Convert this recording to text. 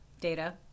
Data